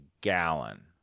gallon